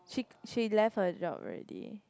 she she left her job already